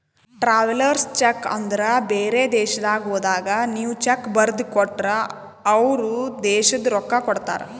travellers cheque ಅಂದುರ್ ಬೇರೆ ದೇಶದಾಗ್ ಹೋದಾಗ ನೀವ್ ಚೆಕ್ ಬರ್ದಿ ಕೊಟ್ಟರ್ ಅವ್ರ ದೇಶದ್ ರೊಕ್ಕಾ ಕೊಡ್ತಾರ